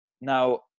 Now